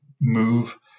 move